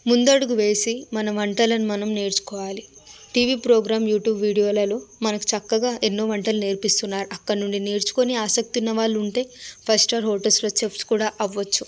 ముందడుగు వేసి మన వంటలను మనం నేర్చుకోవాలి టీవీ ప్రోగ్రాం యూట్యూబ్ వీడియోలలో మనకు చక్కగా ఎన్నో వంటలు నేర్పిస్తున్నారు అక్కడ నుండి నేర్చుకుని ఆసక్తి ఉన్నవాళ్ళు ఉంటే ఫైవ్ స్టార్ హోటల్స్లో చెఫ్స్ కూడా కావచ్చు